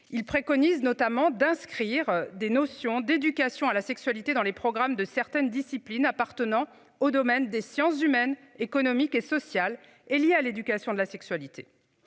Il préconise notamment d'inscrire des notions d'éducation à la sexualité dans les programmes de certaines disciplines appartenant au domaine des sciences humaines, économiques et sociales et lié à l'éducation de la sexualité.